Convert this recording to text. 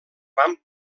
van